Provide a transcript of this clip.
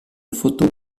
photos